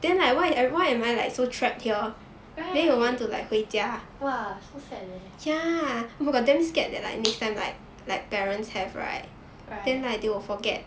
right !wah! so sad leh right